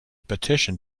petition